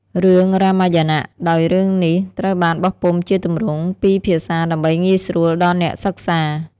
រឿង រ៉ាម៉ាយណៈ ដោយរឿងនេះត្រូវបានបោះពុម្ពជាទម្រង់ពីរភាសាដើម្បីងាយស្រួលដល់អ្នកសិក្សា។